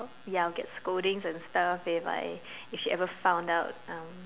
ya I will get scolding and stuff if she ever found out